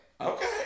okay